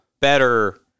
better